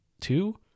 two